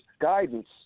guidance